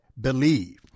believe